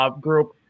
group